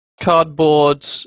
cardboard